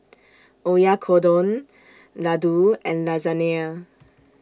Oyakodon Ladoo and Lasagne